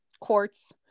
quartz